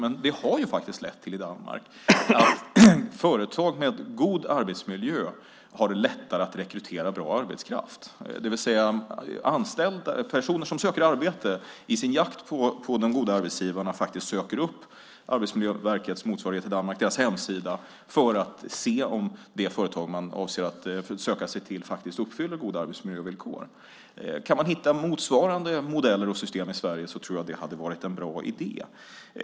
Men det har i Danmark lett till att företag med god arbetsmiljö har det lättare att rekrytera bra arbetskraft. Personer som söker arbete och är på jakt efter de goda arbetsgivarna söker upp motsvarigheten till Arbetsmiljöverkets hemsida för att se om det företag som man avser att söka sig till uppfyller goda arbetsmiljövillkor. Kan man hitta motsvarande system och modeller i Sverige tror jag att det är en bra idé.